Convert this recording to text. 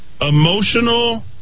emotional